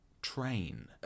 Train